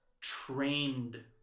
trained